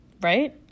Right